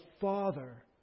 Father